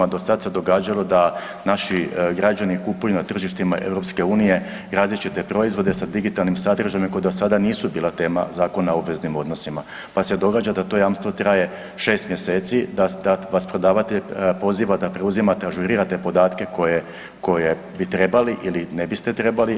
Do sad se događalo da naši građani kupuju na tržištima EU različite proizvode sa digitalnim sadržajem koji ido sada nisu bila tema Zakona o obveznim odnosima pa se događa da to jamstvo traje 6 mjeseci, da vas prodavatelj poziva da preuzimate, ažurirate podatke koje bi trebali ili ne biste trebali.